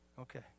Okay